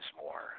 more